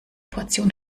portion